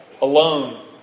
alone